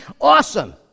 awesome